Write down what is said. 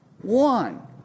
One